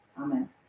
amen